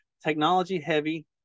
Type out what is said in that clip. technology-heavy